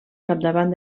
capdavant